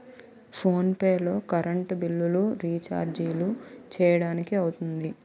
phone pay లో current బిల్లులు, రిచార్జీలు చేయడానికి అవుతుంది